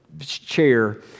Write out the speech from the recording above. chair